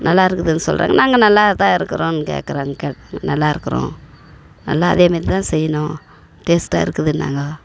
நல்லா இருக்குதுன்னு சொல்கிறாங்க நாங்கள் நல்லாதான் இருக்குறோம் கேக்குறாங்க கேக்கு நல்லா இருக்கிறோம் நல்லா அதேமாரி தான் செய்யணும் டேஸ்ட்டாக இருக்குதுன்னாங்கோ